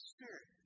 Spirit